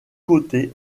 côté